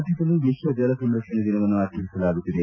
ರಾಜ್ಯದಲ್ಲೂ ವಿಶ್ವ ಜಲ ಸಂರಕ್ಷಣೆ ದಿನವನ್ನು ಆಚರಿಸಲಾಗುತ್ತಿದೆ